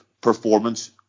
performance